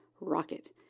Rocket